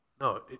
No